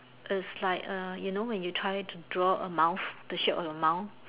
it's like err you know when you try to draw a mouth the shape of the mouth